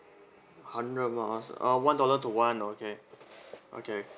hundred miles uh one dollar to one okay okay